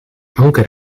anker